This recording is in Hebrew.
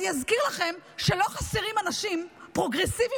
אני אזכיר לכם שלא חסרים אנשים פרוגרסיביים